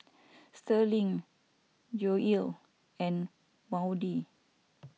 Sterling Joell and Maudie